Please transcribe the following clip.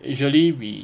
usually we